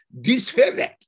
disfavored